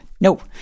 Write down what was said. No